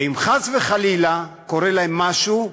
ואם חס וחלילה קורה להם משהו,